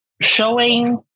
showing